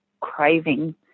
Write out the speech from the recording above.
craving